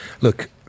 Look